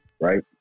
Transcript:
right